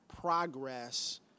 progress